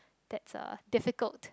that's a difficult